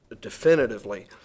definitively